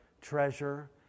treasure